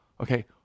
Okay